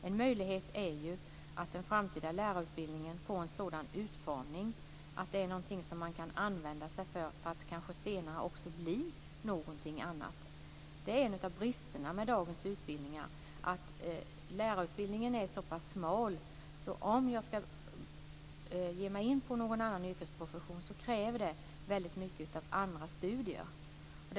En möjlighet är att den framtida lärarutbildningen får en sådan utformning att den kan användas för att senare bli någonting annat. En av bristerna med dagens utbildningar är att lärarutbildningen är så pass smal att om man vill ge sig in på en annan profession krävs väldigt mycket av andra studier.